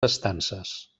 estances